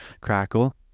crackle